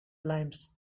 limes